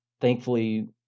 Thankfully